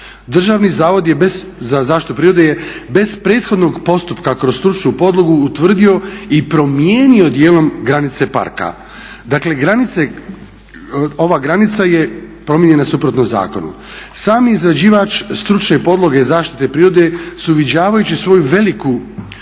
Državni zavod je bez, za zaštitu prirode je, bez prethodnog postupka kroz stručnu podlogu utvrdio i promijenio dijelom granice parka. Dakle, granice, ova granica je promijenjena suprotno zakonu. Sami izrađivač stručne podloge zaštite prirode su uviđavajući svoju veliku pogrešku